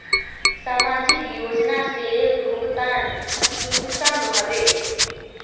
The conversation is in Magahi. समाजिक योजना से भुगतान कुंसम होबे?